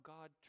God